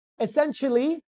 essentially